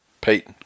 Pete